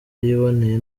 yiboneye